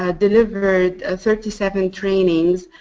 ah delivered ah thirty seven trainings